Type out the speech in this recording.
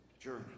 journey